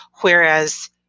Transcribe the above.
Whereas